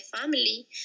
family